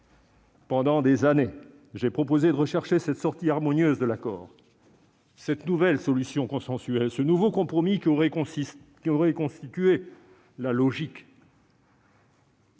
Pendant des années, j'ai proposé de rechercher cette sortie harmonieuse de l'accord, cette nouvelle solution consensuelle, ce nouveau compromis qui aurait constitué la suite